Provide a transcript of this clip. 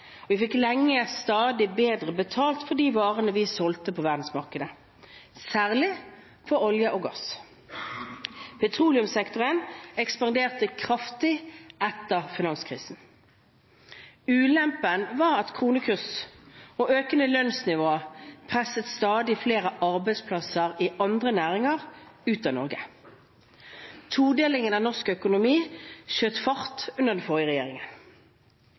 forbruksvarer. Vi fikk lenge stadig bedre betalt for de varene vi solgte på verdensmarkedet, særlig for olje og gass. Petroleumssektoren ekspanderte kraftig etter finanskrisen. Ulempen var at kronekurs og økende lønnsnivå presset stadig flere arbeidsplasser i andre næringer ut av Norge. Todelingen av norsk økonomi skjøt fart under den forrige regjeringen.